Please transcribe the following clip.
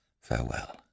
Farewell